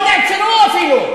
לא נעצרו אפילו.